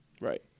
Right